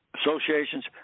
associations